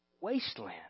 wasteland